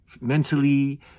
mentally